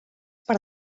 per